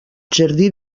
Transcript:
jardí